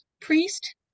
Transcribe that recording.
priest